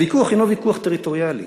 הוויכוח אינו ויכוח טריטוריאלי,